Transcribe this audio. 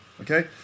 Okay